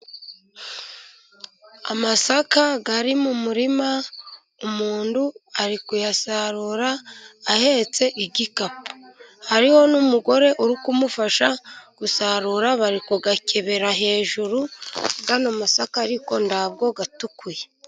Amasaka ari mu murima, umuntu ari kuyasarura ahetse igikapu, hariho n'umugore uri kumufasha gusarura, bari kuyakebera hejuru, ano masaka ariko ntabwo atukuye.